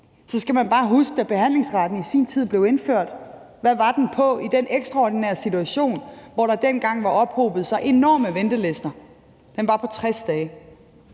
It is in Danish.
så skal man bare huske, hvad behandlingsretten var på, da den i sin tid blev indført i den ekstraordinære situation, hvor der dengang havde ophobet sig enorme ventelister. Den var på 60 dage.